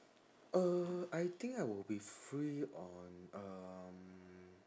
uh I think I would be free on um